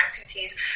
activities